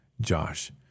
josh